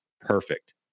perfect